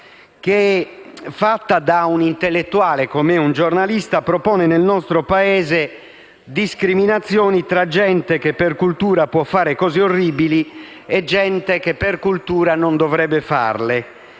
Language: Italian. fatta da un intellettuale - come è un giornalista - che propone nel nostro Paese discriminazioni tra gente che, per cultura, può fare cose orribili e gente che, per cultura, non dovrebbe farle.